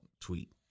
tweet